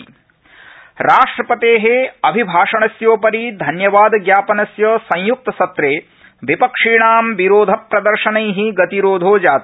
संसद राज्यसभा राष्ट्रपते अभिभाषणस्योपरि धन्यवाद ज्ञापनस्य संय्क्तसत्रे विपक्षीणां विरोधप्रदर्शने गतिरोधो जातः